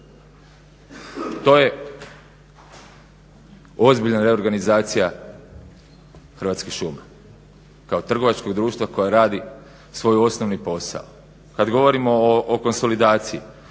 To je ozbiljna reorganizacija Hrvatskih šuma kao trgovačkog društva koji radi svoj osnovni posao. Kad govorimo o konsolidaciji,